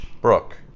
Brooke